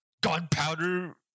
gunpowder